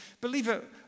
believer